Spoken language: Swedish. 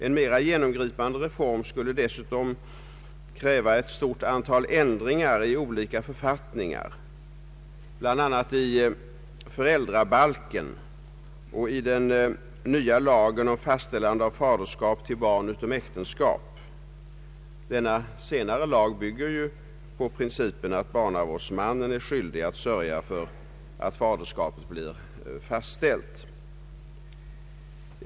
En mera genomgripande reform skulle dessutom kräva ett stort antal ändringar i olika författningar, bl.a. i föräldrabalken och i den nya lagen om fastställande av faderskap till barn utom äktenskap. Denna senare lag bygger ju på principen att barnavårdsmannen är skyldig att sörja för att faderskapet blir fastställt.